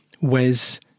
Wes